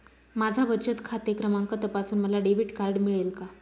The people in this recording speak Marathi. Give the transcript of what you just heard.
माझा बचत खाते क्रमांक तपासून मला डेबिट कार्ड मिळेल का?